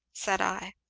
said i.